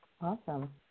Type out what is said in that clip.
Awesome